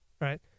right